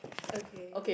okay